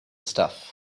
stuff